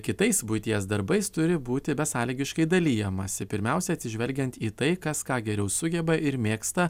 kitais buities darbais turi būti besąlygiškai dalijamasi pirmiausia atsižvelgiant į tai kas ką geriau sugeba ir mėgsta